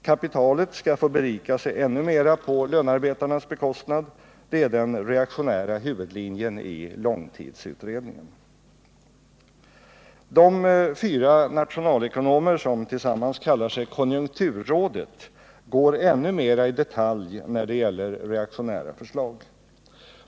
Kapitalet skall få berika sig ännu mera på lönarbetarnas bekostnad — det är den reaktionära huvudlinjen i långtidsutredningen. De fyra nationalekonomer, som tillsammans kallar sig konjunkturrådet, går ännu mera i detalj när det gäller reaktionära förslag.